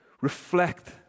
reflect